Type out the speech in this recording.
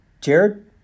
Jared